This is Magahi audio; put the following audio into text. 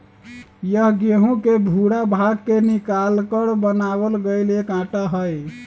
यह गेहूं के भूरा भाग के निकालकर बनावल गैल एक आटा हई